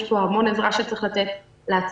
יש פה המון עזרה שצריך לתת לעצמאים,